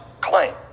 claim